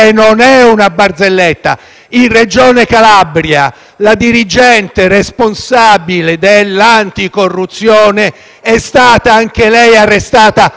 Regione Calabria la dirigente responsabile dell'anticorruzione è stata anche lei arrestata per corruzione.